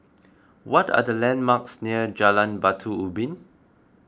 what are the landmarks near Jalan Batu Ubin